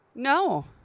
No